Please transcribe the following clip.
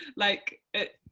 like, it,